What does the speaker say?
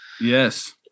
Yes